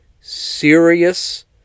serious